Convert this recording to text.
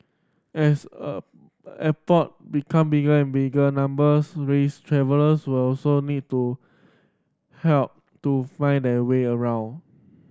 as a airport become bigger and bigger numbers rise travellers will also need to help to find their way around